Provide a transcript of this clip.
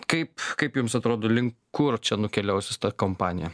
kaip kaip jums atrodo link kur čia nukeliaus su ta kompanija